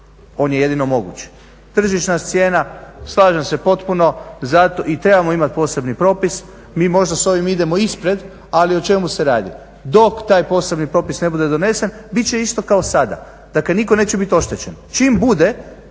on je jedino moguć. Tržišna cijena slažem se potpuno i trebamo imati posebni propis. Mi možda s ovim idemo ispred ali o čemu se radi? Dok taj posebni propis ne bude donesen bit će isto kao sada, dakle nitko neće biti oštećen. Čim bude